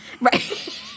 Right